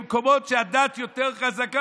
במקומות שהדת יותר חזקה,